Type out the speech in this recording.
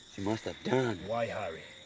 must have done. why harry?